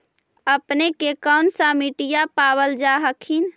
अपने के कौन सा मिट्टीया पाबल जा हखिन?